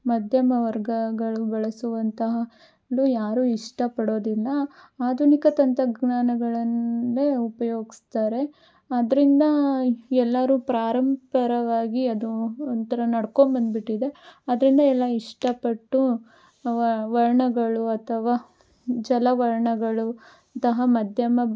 ಮಧ್ಯಮ ವರ್ಗಗಳು ಬಳಸುವಂತಹ ಯಾರೂ ಇಷ್ಟಪಡೋದಿಲ್ಲ ಆಧುನಿಕ ತಂತ್ರಜ್ಞಾನಗಳನ್ನೇ ಉಪಯೋಗ್ಸ್ತಾರೆ ಆದ್ದರಿಂದ ಎಲ್ಲರೂ ಪ್ರಾರಂಪರವಾಗಿ ಅದು ಒಂಥರ ನಡ್ಕೊಂಡ್ಬದ್ಬಿಟ್ಟಿದೆ ಅದನ್ನೇ ಎಲ್ಲ ಇಷ್ಟಪಟ್ಟು ವರ್ಣಗಳು ಅಥವಾ ಜಲವರ್ಣಗಳು ಇಂತಹ ಮಧ್ಯಮ